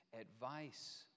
advice